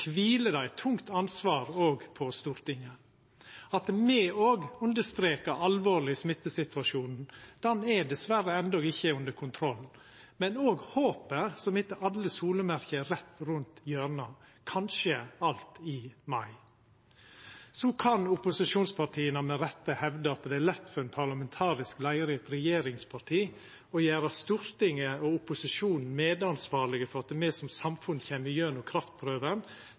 kviler det eit tungt ansvar òg på Stortinget – at me òg understrekar den alvorlege smittesituasjonen, som dessverre enno ikkje er under kontroll, men òg håpet, som etter alle solemerke er rett rundt hjørnet, kanskje alt i mai. Opposisjonspartia kan med rette hevda at det er lett for ein parlamentarisk leiar i eit regjeringsparti å gjera Stortinget og opposisjonen medansvarlege for at me som samfunn kjem igjennom kraftprøven